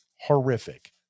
horrific